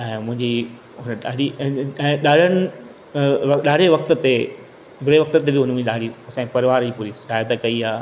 ऐं मुंहिंजी ॾाढी ॾाढनि ॾाढे वक़्तु ते बुरे वक़्तु ते उन मुंहिंजी ॾाढी असांजे परिवार जी पूरी सहायता कई आहे